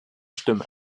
stimme